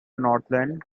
northern